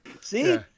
See